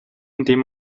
indem